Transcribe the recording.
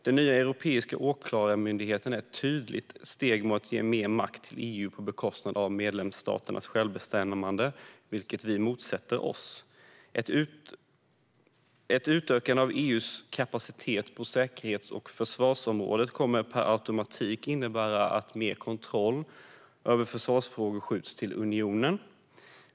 Den nya europeiska åklagarmyndigheten är ett tydligt steg mot att ge mer makt till EU på bekostnad av medlemsstaternas självbestämmande, vilket vi motsätter oss. Ett utökande av EU:s kapacitet på säkerhets och försvarsområdet kommer per automatik att innebära att mer kontroll över försvarsfrågor skjuts över till unionen.